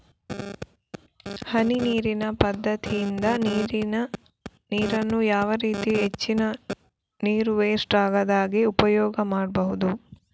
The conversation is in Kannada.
ಹನಿ ನೀರಿನ ಪದ್ಧತಿಯಿಂದ ನೀರಿನ್ನು ಯಾವ ರೀತಿ ಹೆಚ್ಚಿನ ನೀರು ವೆಸ್ಟ್ ಆಗದಾಗೆ ಉಪಯೋಗ ಮಾಡ್ಬಹುದು?